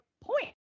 point